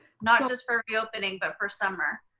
not just for the opening, but for summer.